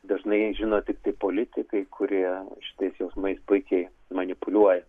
dažnai žino tiktai politikai kurie šitais jausmais puikiai manipuliuoja